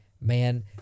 Man